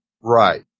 Right